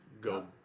go